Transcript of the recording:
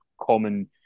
common